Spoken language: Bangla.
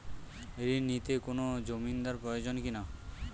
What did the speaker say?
ঋণ নিতে কোনো জমিন্দার প্রয়োজন কি না?